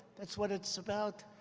that's what it's about.